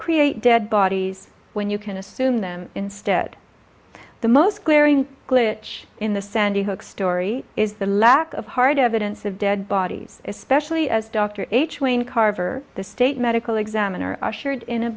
create dead bodies when you can assume them instead the most glaring glitch in the sandy hook story is the lack of hard evidence of dead bodies especially as dr h wayne carver the state medical examiner ushered in a